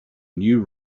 new